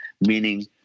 meaning